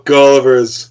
Gullivers